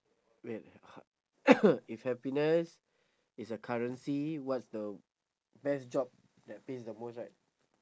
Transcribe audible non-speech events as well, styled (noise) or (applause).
wait c~ (coughs) if happiness is a currency what's the best job that pays the most right